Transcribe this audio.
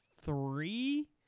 three